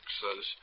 says